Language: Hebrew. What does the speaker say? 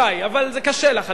אבל זה קשה לך, אני מבין.